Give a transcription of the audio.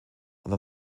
und